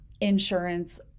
insurance